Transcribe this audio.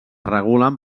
regulen